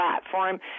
platform